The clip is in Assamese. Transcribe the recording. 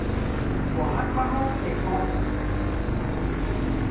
বহাগ মাহৰ শেষত